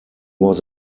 was